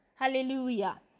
Hallelujah